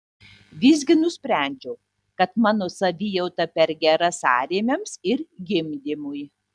visgi nusprendžiau kad mano savijauta per gera sąrėmiams ir gimdymui